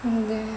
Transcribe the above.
hmm yeah